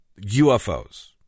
UFOs